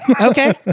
okay